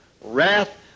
wrath